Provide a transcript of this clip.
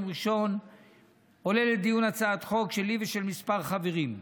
ראשון עולה לדיון הצעת חוק שלי ושל כמה חברים: